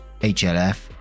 HLF